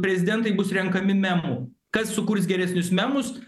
prezidentai bus renkami memu kas sukurs geresnius memus